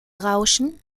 rauschen